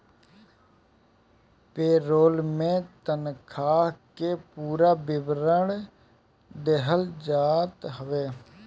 पे role में तनखा के पूरा विवरण दिहल जात हवे